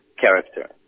character